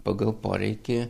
pagal poreikį